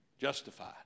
justified